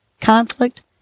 conflict